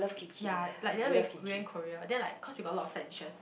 ya like then when we went Korea then like cause we got a lot of side dishes